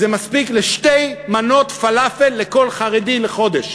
לשתי מנות פלאפל לכל חרדי לחודש.